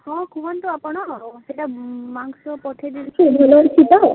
ହଁ କୁହନ୍ତୁ ଆପଣ ସେଇଟା ମାଂସ ପଠେଇ ଦେଉଛି ଭଲ ଅଛି ତ